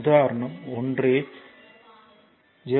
உதாரணம் 1 இல் 0